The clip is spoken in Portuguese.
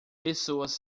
pessoas